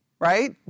Right